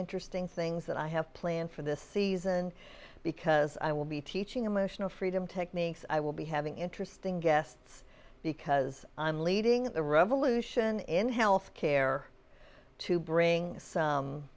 interesting things that i have planned for this season because i will be teaching emotional freedom techniques i will be having interesting guests because i'm leading the revolution in health care to